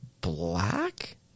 black